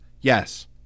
Yes